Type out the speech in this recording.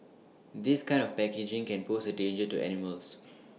this kind of packaging can pose A danger to animals